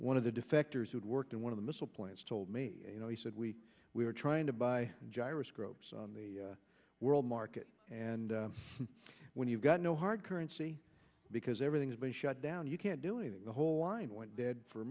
one of the defectors who worked in one of the missile points told me you know he said we are trying to buy gyroscopes on the world market and when you've got no hard currency because everything's been shut down you can't do anything the whole line went dead for